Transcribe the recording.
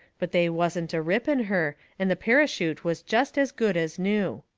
but they wasn't a rip in her, and the parachute was jest as good as new.